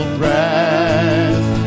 breath